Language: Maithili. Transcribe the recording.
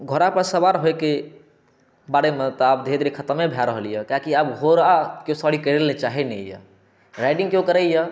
घोड़ा पर सवार होइके बारेमे तऽ आब धीरे धीरे खत्मे भऽ रहलैया कियाकि आब घोड़ाके सवारी करय लऽ कोइ चाहै नहि राइडिंग कोइ करैया